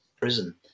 Prison